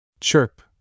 Chirp